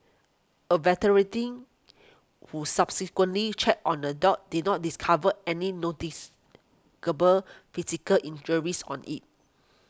a who subsequently checked on the dog did not discover any physical injuries on it